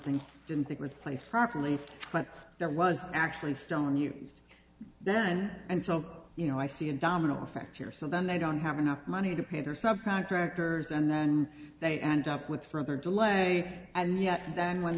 thing didn't think was placed properly there was actually stone used then and so you know i see a domino effect here so then they don't have enough money to pay their subcontractors and then they end up with further delay and yet then when